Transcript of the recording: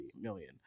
million